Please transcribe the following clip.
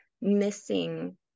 missing